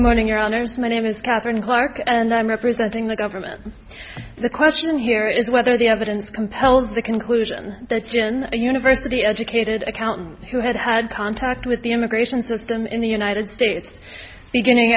morning around as my name is katherine clarke and i'm representing the government the question here is whether the evidence compels the conclusion that gen a university educated accountant who had had contact with the immigration system in the united states beginning